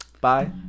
bye